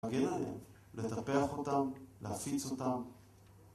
להגן עליהם, לטפח אותם, להפיץ אותם